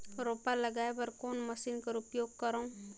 रोपा लगाय बर कोन मशीन कर उपयोग करव?